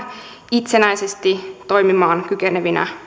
itsenäisesti toimimaan kykenevinä